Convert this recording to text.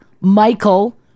Michael